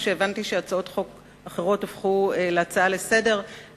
כשהבנתי שהצעות חוק אחרות נדחו בוועדת השרים והפכו להצעות לסדר-היום,